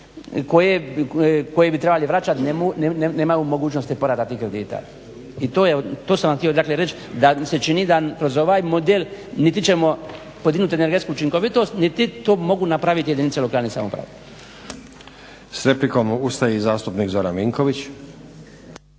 koje bi trebali vraćati nemaju mogućnosti povrata tih kredita. I to sam vam htio dakle reći. Da mi se čini da kroz ovaj model niti ćemo podignuti energetsku učinkovitost niti to mogu napraviti jedinice lokalne samouprave.